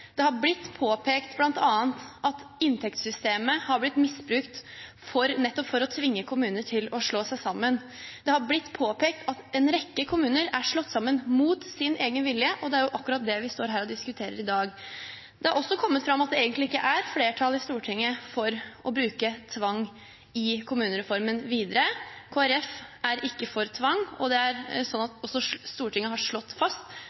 Det har blitt påpekt bl.a. at inntektssystemet har blitt misbrukt nettopp for å tvinge kommuner til å slå seg sammen, det har blitt påpekt at en rekke kommuner er slått sammen mot sin egen vilje, og det er jo akkurat det vi står her og diskuterer i dag. Det har også kommet fram at det egentlig ikke er flertall i Stortinget for å bruke tvang i kommunereformen videre. Kristelig Folkeparti er ikke for tvang, og Stortinget har slått fast